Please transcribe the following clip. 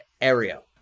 area